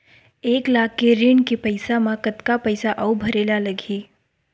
एक लाख के ऋण के पईसा म कतका पईसा आऊ भरे ला लगही?